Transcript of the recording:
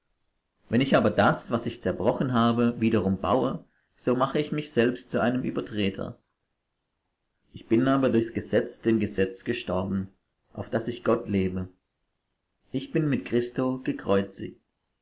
wenn ich aber das was ich zerbrochen habe wiederum baue so mache ich mich selbst zu einem übertreter ich bin aber durchs gesetz dem gesetz gestorben auf daß ich gott lebe ich bin mit christo gekreuzigt